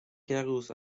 girls